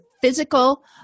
physical